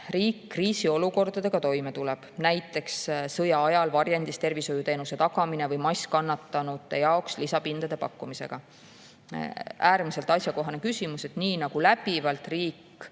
kriisiolukordadega toime, näiteks sõja ajal varjendis tervishoiuteenuse tagamise või masskannatanute jaoks lisapindade pakkumisega? Äärmiselt asjakohane küsimus. Nii nagu riik